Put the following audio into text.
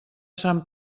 sant